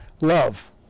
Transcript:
Love